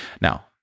Now